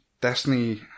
Destiny